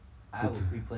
!alah!